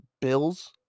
Bills